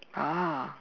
ah